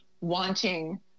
wanting